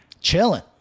Chilling